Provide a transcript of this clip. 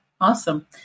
Awesome